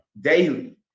daily